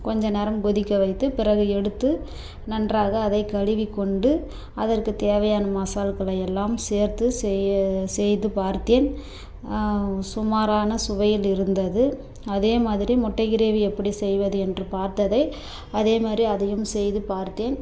கொஞ்ச நேரம் கொதிக்க வைத்து பிறகு எடுத்து நன்றாக அதை கழுவிக்கொண்டு அதற்கு தேவையான மசால்களை எல்லாம் சேர்த்து செய்ய செய்து பார்த்தேன் சுமாரான சுவையில் இருந்தது அதேமாதிரி முட்டை கிரேவி எப்படி செய்வது என்று பார்த்ததை அதேமாதிரி அதையும் செய்து பார்த்தேன்